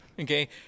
okay